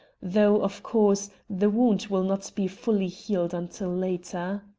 though, of course, the wound will not be fully healed until later.